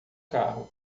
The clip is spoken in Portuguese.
carro